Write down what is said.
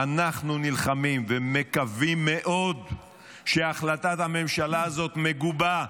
אנחנו נלחמים ומקווים מאוד שהחלטת הממשלה הזאת מגובה בתקציבים,